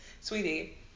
sweetie